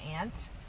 Ant